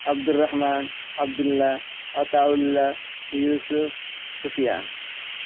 Abdul Rahman Abdullah Ataullah Yusuf Sufyan